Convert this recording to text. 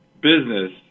business